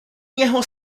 něho